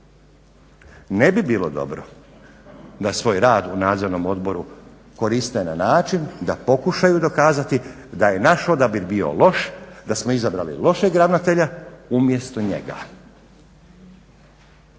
Ne bi bilo dobro da svoj rad u Nadzornom odboru koriste na način da pokušaju dokazati da je naš odabir bio loš, da smo izabrali lošeg ravnatelja umjesto njega.